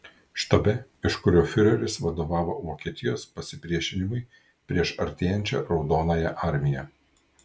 štabe iš kurio fiureris vadovavo vokietijos pasipriešinimui prieš artėjančią raudonąją armiją